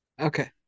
Okay